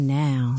now